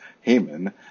Haman